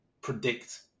predict